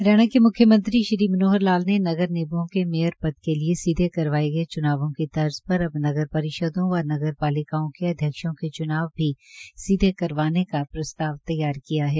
हरियाणा के मुख्यमंत्री श्री मनोहर लाल ने नगर निगमों के मेयर पद के सीधे करवाए गए च्नावों की तर्ज पर अब नगर परिषदों व नगरपालिकाओं के अध्यक्षों के च्नाव भी सीधे करवाने का प्रस्ताव तैयार किया है